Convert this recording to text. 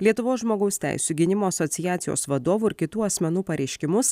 lietuvos žmogaus teisių gynimo asociacijos vadovų ir kitų asmenų pareiškimus